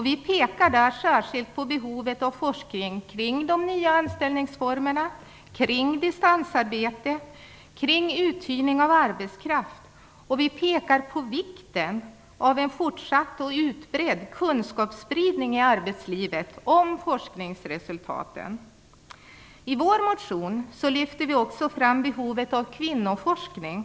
Vi pekar där särskilt på behovet av forskning kring de nya anställningsformerna, kring distansarbetet och kring uthyrningen av arbetskraft. Dessutom pekar vi på vikten av en fortsatt och utbredd kunskapsspridning i arbetslivet om forskningsresultaten. I vår motion lyfter vi också fram behovet av kvinnoforskning.